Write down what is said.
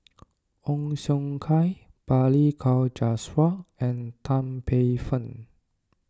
Ong Siong Kai Balli Kaur Jaswal and Tan Paey Fern